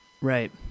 right